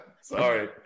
Sorry